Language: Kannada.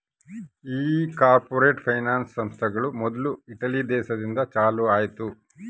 ಈ ಕಾರ್ಪೊರೇಟ್ ಫೈನಾನ್ಸ್ ಸಂಸ್ಥೆಗಳು ಮೊದ್ಲು ಇಟಲಿ ದೇಶದಿಂದ ಚಾಲೂ ಆಯ್ತ್